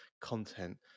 content